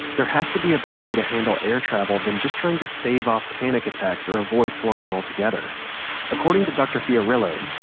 there has to be a better way to handle air travel than just trying to stave off panic attacks or avoiding flying altogether according to dr. fiorillo,